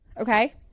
okay